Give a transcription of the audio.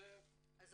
אני